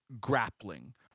grappling